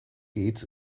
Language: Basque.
hitz